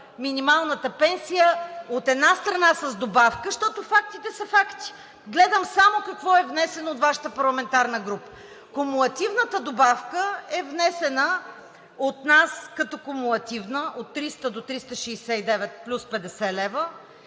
минималната пенсия, от една страна, с добавка, защото фактите са факти. Гледам само какво е внесено от Вашата парламентарна група. Кумулативната добавка е внесена от нас като кумулативна от 300 до 369 плюс 50 лв.